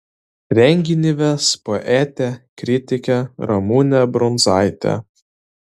renginį ves poetė kritikė ramunė brundzaitė